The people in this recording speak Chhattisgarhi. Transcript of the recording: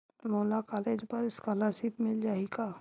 मोला कॉलेज बर स्कालर्शिप मिल जाही का?